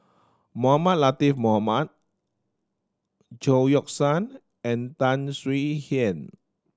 Mohamed Latiff Mohamed Chao Yoke San and Tan Swie Hian